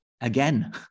Again